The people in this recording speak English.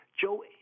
Joe